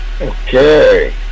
Okay